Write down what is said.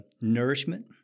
nourishment